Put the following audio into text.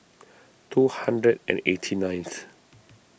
two hundred and eighty ninth